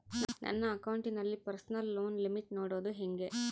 ನನ್ನ ಅಕೌಂಟಿನಲ್ಲಿ personal loan limit ನೋಡದು ಹೆಂಗೆ?